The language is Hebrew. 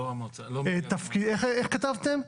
איך כתבתם?